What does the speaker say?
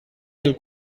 del